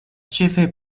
ĉefe